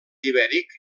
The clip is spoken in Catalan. ibèric